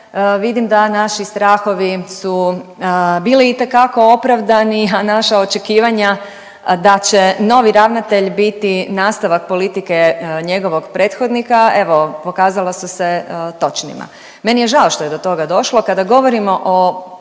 Vidim da naši strahovi su bili itekako opravdani, a naša očekivanja da će novi ravnatelj biti nastavak politike njegovog prethodnika evo pokazala su se točnima. Meni je žao što je do toga došlo. Kada govorimo o